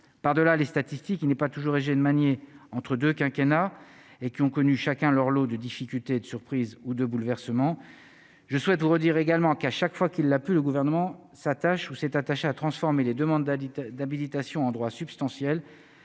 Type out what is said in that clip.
par delà les statistiques, il n'est pas toujours aisé de manier entre 2 quinquennats et qui ont connu chacun leur lot de difficultés de surprises ou de bouleversements, je souhaite vous redire également qu'à chaque fois qu'il a pu le gouvernement s'attache où s'est attaché à transformer les demandes d'Haditha d'habilitation endroit substantiel